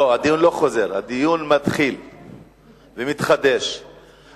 אני מתכבד לחדש את הישיבה.